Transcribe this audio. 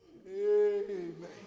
Amen